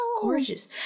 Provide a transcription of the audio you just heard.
gorgeous